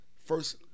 First